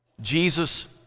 Jesus